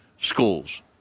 schools